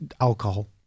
alcohol